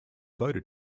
voter